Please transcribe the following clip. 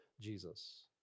Jesus